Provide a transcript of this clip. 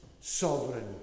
sovereign